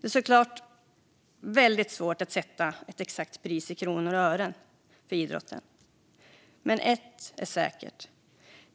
Det är såklart väldigt svårt att sätta ett exakt pris i kronor och ören för idrotten. Men ett är säkert: